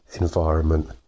environment